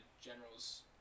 generals